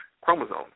chromosome